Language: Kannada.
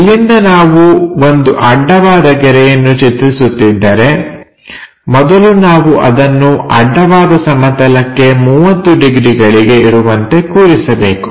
ಇಲ್ಲಿಂದ ನಾವು ಒಂದು ಅಡ್ಡವಾದ ಗೆರೆಯನ್ನು ಚಿತ್ರಿಸುತ್ತಿದ್ದರೆ ಮೊದಲು ನಾವು ಅದನ್ನು ಅಡ್ಡವಾದ ಸಮತಲಕ್ಕೆ 30 ಡಿಗ್ರಿಗಳಿಗೆ ಇರುವಂತೆ ಕೂರಿಸಬೇಕು